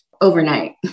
overnight